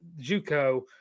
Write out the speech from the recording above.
JUCO